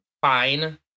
fine